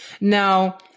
Now